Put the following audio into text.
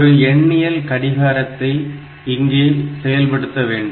ஒரு எண்ணியல் கடிகாரத்தை இங்கே செயல்படுத்த வேண்டும்